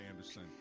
Anderson